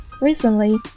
Recently